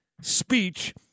speech